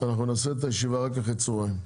אנחנו נעשה את הישיבה רק אחרי הצהריים.